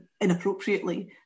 inappropriately